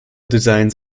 designs